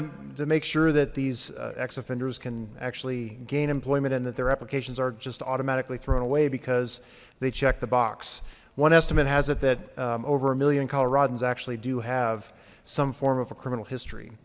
to make sure that these ex offenders can actually gain employment and that their applications are just automatically thrown away because they check the box one estimate has it that over a million coloradans actually do have some form of a criminal history